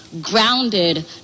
grounded